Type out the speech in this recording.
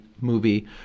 movie